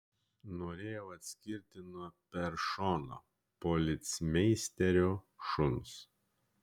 norėjau atskirti nuo peršono policmeisterio šuns